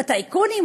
בטייקונים,